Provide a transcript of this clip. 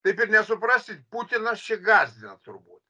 taip ir nesuprasi putinas čia gąsdina turbūt